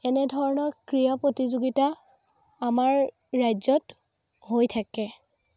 এনেধৰণৰ ক্ৰীড়া প্ৰতিযোগিতা আমাৰ ৰাজ্যত হৈ থাকে